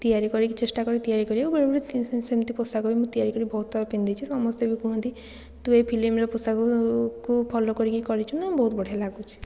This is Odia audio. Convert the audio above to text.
ତିଆରି କରିକି ଚେଷ୍ଟା କରେ ତିଆରି କରିବାକୁ ବେଳେବେଳେ ସେମିତି ପୋଷାକ ବି ତିଆରି କରିକି ମୁଁ ବହୁତଥର ପିନ୍ଧିଛି ସମସ୍ତେ ବି କୁହନ୍ତି ତୁ ଏଇ ଫିଲ୍ମର ପୋଷାକକୁ ଫଲୋ କରିକି କରିଛୁନା ବହୁତ ବଢ଼ିଆ ଲାଗୁଛି